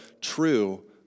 true